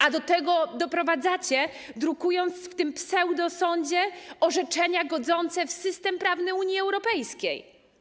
A do tego doprowadzacie, drukując w tym pseudosądzie orzeczenia godzące w system prawny Unii Europejskiej.